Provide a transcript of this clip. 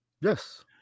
Yes